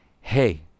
hey